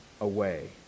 away